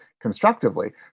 constructively